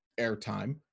airtime